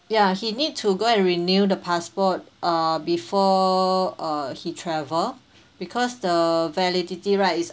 ya he need to go and renew the passport uh before uh he travel because the validity right is